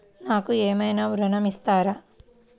నాకు ఏమైనా ఋణం ఇస్తారా?